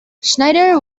schneider